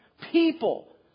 People